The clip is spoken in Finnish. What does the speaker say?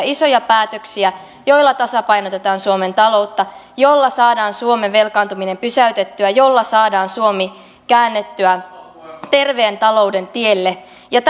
isoja päätöksiä joilla tasapainotetaan suomen taloutta ja joilla saadaan suomen velkaantuminen pysäytettyä ja joilla saadaan suomi käännettyä terveen talouden tielle ja